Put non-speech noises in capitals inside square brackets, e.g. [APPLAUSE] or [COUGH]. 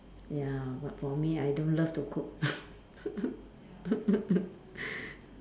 ya but for me I don't love to cook [LAUGHS]